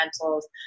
rentals